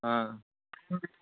ஆ